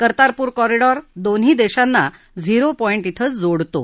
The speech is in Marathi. कर्तारपूर कॉरिडॉर दोन्ही देशांना झिरो पॉईंट कें जोडतो